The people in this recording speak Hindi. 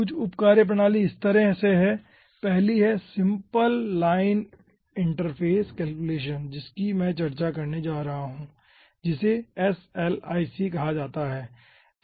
कुछ उप कार्यप्रणाली इस तरह से हैं पहली है सिंपल लाइन इंटरफ़ेस कैलकुलेशन जिसकी मैं चर्चा करने जा रहा हूं जिसे SLIC कहा जाता है ठीक है